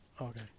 Okay